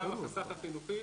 שם החסך החינוכי